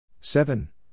Seven